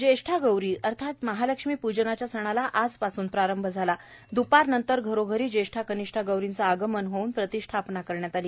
ज्येष्ठा गौरी अर्थात महालक्ष्मी प्जनाच्या सणाला आजपासून प्रारंभ झाला द्पारनंतर घरोघरी ज्येष्ठा कनिष्ठा गौरींचं आगमन होऊन प्रतिष्ठापना करण्यात आली